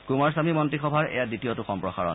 কুমাৰস্বামী মন্ত্ৰীসভাৰ এয়া দ্বিতীয়টো সম্প্ৰসাৰণ